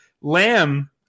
lamb